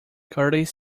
curtis